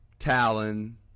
Talon